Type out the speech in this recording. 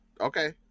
Okay